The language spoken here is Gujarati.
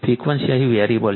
ફ્રિક્વન્સી અહીં વેરીએબલ છે